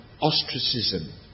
ostracism